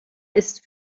ist